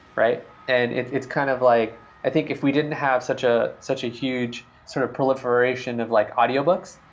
right? and it's it's kind of like i think if we didn't have such ah such a huge sort of proliferation of like audiobooks,